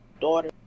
daughter